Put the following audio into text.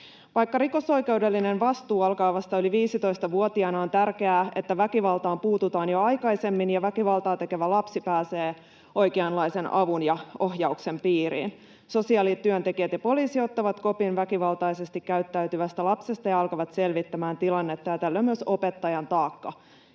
Vaikka rikosoikeudellinen vastuu alkaa vasta yli 15-vuotiaana, on tärkeää, että väkivaltaan puututaan jo aikaisemmin ja väkivaltaa tekevä lapsi pääsee oikeanlaisen avun ja ohjauksen piiriin. Kun sosiaalityöntekijät ja poliisi ottavat kopin väkivaltaisesti käyttäytyvästä lapsesta ja alkavat selvittämään tilannetta, tällöin myös opettajan taakka